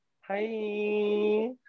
hi